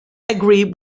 agree